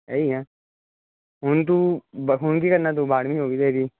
ਇਹੀ ਆ ਹੁਣ ਤੂੰ ਕੀ ਕਰਨਾ ਬਾਰ੍ਹਵੀਂ ਹੋਗੀ ਤੇਰੀ